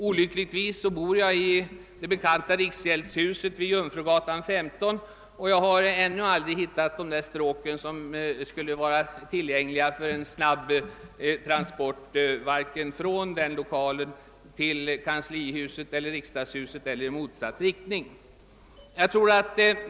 Olyckligtvis bor jag i det bekanta riksgäldshuset vid Jungfrugatan 15, och jag har aldrig hittat de stråk som skulle vara tillgängliga för en snabb transport därifrån till kanslihuset eller riksdagshuset eller i motsatt riktning.